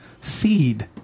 seed